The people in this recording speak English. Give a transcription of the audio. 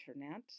internet